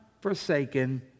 forsaken